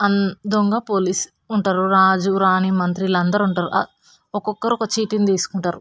అం దొంగ పోలీస్ ఉంటారు రాజురాణి మంత్రి వీళ్ళందరు ఉంటారు ఒక్కొక్కరు ఒక్కో చీటీని తీసుకుంటారు